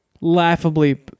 laughably